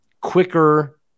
Quicker